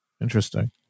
Interesting